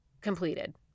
completed